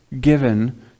given